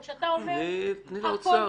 או שאתה אומר --- תני לאוצר.